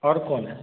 और कौन है